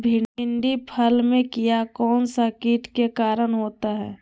भिंडी फल में किया कौन सा किट के कारण होता है?